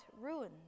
ruins